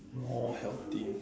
more healthy